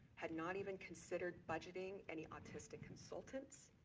had not even considered budgeting any autistic consultants,